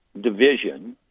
division